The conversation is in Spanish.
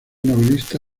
novelista